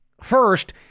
First